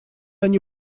они